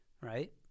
right